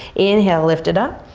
inhale lift it up,